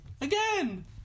Again